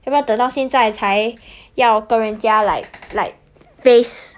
要不要等到现在才要跟人家 like like face